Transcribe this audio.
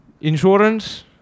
insurance